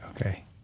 Okay